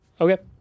Okay